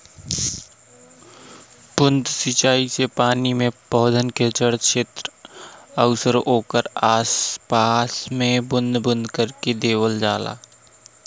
बूंद से सिंचाई में पानी पौधन के जड़ छेत्र आउर ओकरे आस पास में बूंद बूंद करके देवल जाला